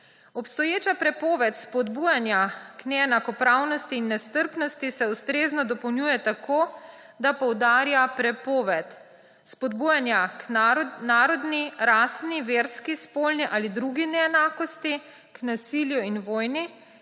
Obstoječa prepoved spodbujanja k neenakopravnosti in nestrpnosti se ustrezno dopolnjuje tako, da poudarja prepoved spodbujanja k narodni, rasni, verski, spolni ali drugi neenakosti, k nasilju in vojni